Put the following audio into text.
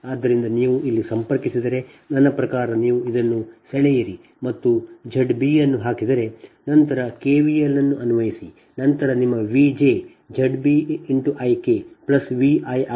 ಆದ್ದರಿಂದ ನೀವು ಇಲ್ಲಿ ಸಂಪರ್ಕಿಸಿದರೆ ನನ್ನ ಪ್ರಕಾರ ನೀವು ಇದನ್ನು ಸೆಳೆಯಿರಿ ಮತ್ತು Z b ಅನ್ನು ಹಾಕಿದರೆ ನಂತರ KVL ಅನ್ನು ಅನ್ವಯಿಸಿ ನಂತರ ನಿಮ್ಮ V j Z b I k V i ಆಗುತ್ತದೆ